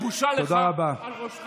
בושה לך על ראשך,